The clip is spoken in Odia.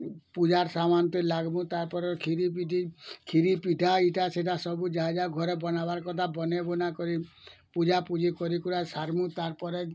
ପୂଜାର୍ ସମାନ୍ଟେ ଲାଗ୍ବ ତାପରେ କ୍ଷୀରି ପିଠି କ୍ଷୀରି ପିଠା ଏଟାସେଟା ସବୁ ଯାହା ଘରେ ବନାବାର୍ କଥା ବନେଇବୁନା କରି ପୂଜାପୂଜି କରିକୁରା ସାର୍ମୁଁ ତାର୍ପରେ